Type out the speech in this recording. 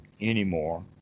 anymore